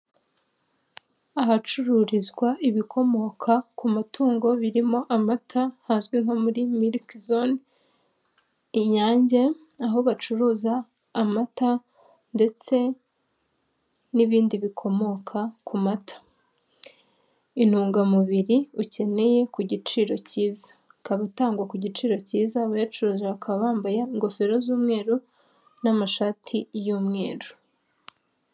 Ahacururizwa ibikomoka ku matungo birimo amata, hazwi nko muri mirike zone, Inyange aho bacuruza amata ndetse n'ibindi bikomoka ku mata, intungamubiri ukeneye ku giciro cyiza, ikaba itangwa ku giciro cyiza, abayacuruje bakaba bambaye ingofero z'umweru n'amashati y'umweru.